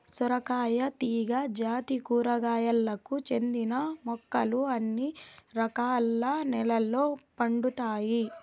సొరకాయ తీగ జాతి కూరగాయలకు చెందిన మొక్కలు అన్ని రకాల నెలల్లో పండుతాయి